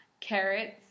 carrots